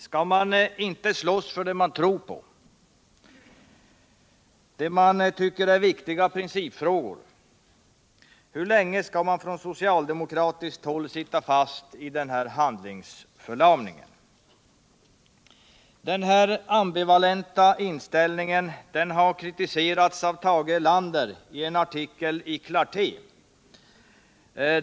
Skall man inte slåss för det man tror på, för det man anser vara viktiga principfrågor? Hur länge skall man på socialdemokratiskt håll sitta fast i en sådan handlingsförlamning? Denna ambivalenta inställning har kritiserats av Tage Erlander i en artikel i Clarté.